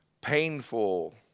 painful